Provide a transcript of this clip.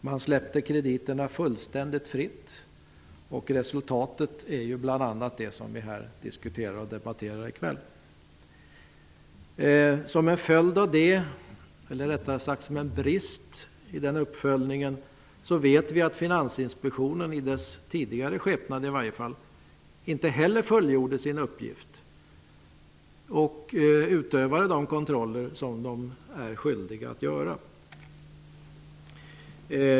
Man släppte krediter fullständigt fritt. Resultatet är bl.a. det som vi debatterar här i kväll. En brist i den uppföljningen, det vet vi, är att inte heller Finansinspektionen, i varje fall i sin tidigare skepnad, fullgjorde sin uppgift och utövade de kontroller som den är skyldig att göra.